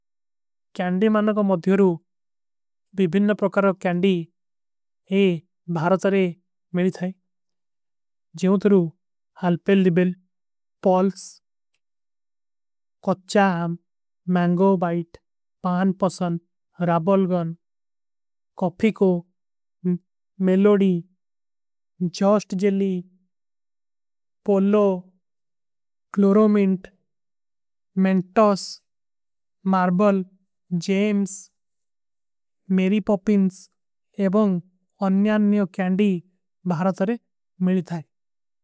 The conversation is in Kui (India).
କୈଂଡି ମାନନା କା ମଦ୍ଯୋରୂ ଵିଭିନ୍ନ ପ୍ରକାର କୈଂଡି ଯେ ଭାରାଚରେ। ମିଲୀ ଥାଈ ଜିଯୋଂ ତରୂ ଅଲପେଲ ଡିବେଲ, ପଲ୍ସ, କଚ୍ଚା। ଅମ, Mango Bite, Pan Pasand, Ravalgaon, coffee କୋ। Melody, just jelly, Polo. Chlormint, Mentos, marble, Gems, ମେରୀ ପପିନ୍ସ। ଏବଂଗ ଅନ୍ଯାନ୍ଯୋ କୈଂଡି ଭାରାଚରେ ମିଲୀ ଥାଈ।